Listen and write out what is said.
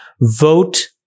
vote